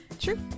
True